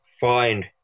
find